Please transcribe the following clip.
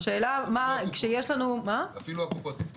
השאלה --- אפילו הקופות יסכימו.